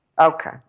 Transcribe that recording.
Okay